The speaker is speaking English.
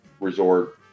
Resort